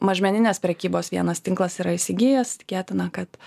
mažmeninės prekybos vienas tinklas yra įsigijęs tikėtina kad